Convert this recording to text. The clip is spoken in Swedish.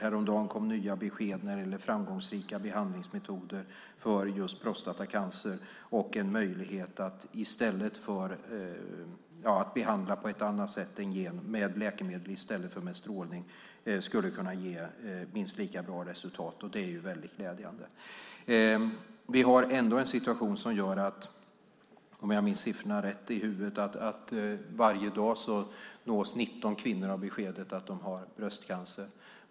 Häromdagen kom nya besked när det gäller framgångsrika behandlingsmetoder för just prostatacancer, en möjlighet att behandla på annat sätt med hjälp av läkemedel i stället för strålning som kan ge minst lika bra resultat. Det är glädjande. Vi har ändå en situation där varje dag - om jag minns siffrorna rätt - 19 kvinnor nås av beskedet att de har bröstcancer.